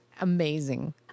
amazing